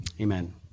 Amen